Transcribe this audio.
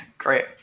Great